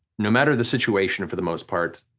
no matter the situation for the most part,